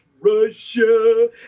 Russia